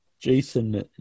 Jason